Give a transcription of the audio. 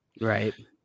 right